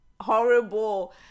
horrible